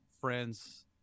friends